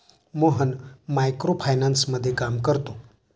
Mohan micro फायनान्समध्ये काम करतो